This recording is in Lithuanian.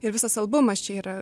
ir visas albumas čia yra